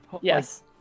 Yes